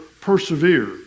persevere